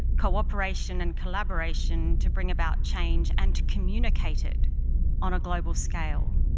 cooperation and collaboration to bring about change and to communicate it on a global scale.